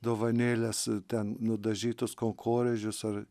dovanėles ten nudažytus konkorėžius ar